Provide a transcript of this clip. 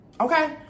Okay